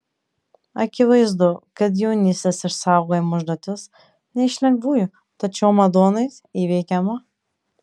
akivaizdu kad jaunystės išsaugojimo užduotis ne iš lengvųjų tačiau madonai įveikiama